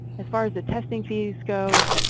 as far as the testing fees go,